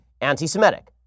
anti-Semitic